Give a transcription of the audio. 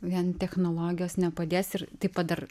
vien technologijos nepadės ir taip pat dar